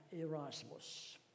Erasmus